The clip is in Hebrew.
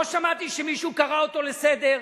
לא שמעתי שמישהו קרא אותו לסדר,